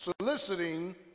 soliciting